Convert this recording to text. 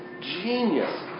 genius